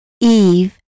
Eve